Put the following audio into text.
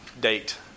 date